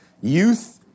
youth-